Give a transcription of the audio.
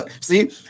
see